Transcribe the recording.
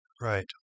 Right